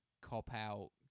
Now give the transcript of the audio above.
cop-out